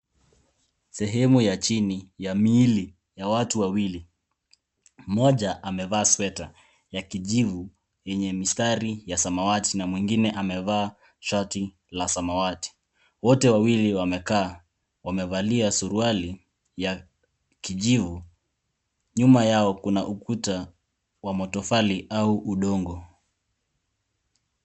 Sehemu ya chini ya miili ya watu wawili. Mmoja amevaa sweta ya kijivu yenye mistari ya samawati na mwingine amevaa shati la samawati. Wote wawili wamekaa wamevalia suruali ya kijivu. Nyuma yao kuna ukuta wa matofali au udongo.